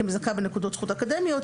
כמזכה בנקודות זכות אקדמיות,